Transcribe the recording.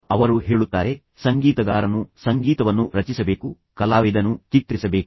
ಅವರು ಹೇಳುತ್ತಾರೆ ಸಂಗೀತಗಾರನು ಸಂಗೀತವನ್ನು ರಚಿಸಬೇಕು ಕಲಾವಿದನು ಚಿತ್ರಿಸಬೇಕು